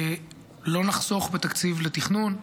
לא נחסוך בתקציב לתכנון.